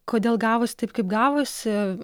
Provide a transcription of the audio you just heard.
kodėl gavosi taip kaip gavosi